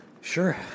Sure